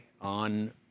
on